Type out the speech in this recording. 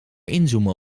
inzoomen